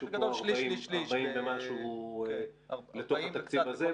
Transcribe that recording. משהו כמו 40 ומשהו לתוך התקציב הזה.